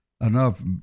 enough